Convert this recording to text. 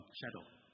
shadow